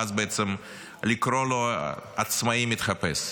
ואז לקרוא לו "עצמאי מתחפש"?